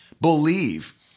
believe